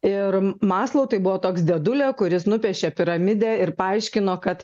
ir maslou tai buvo toks dėdulė kuris nupiešė piramidę ir paaiškino kad